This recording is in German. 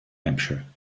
hampshire